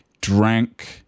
drank